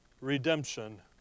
redemption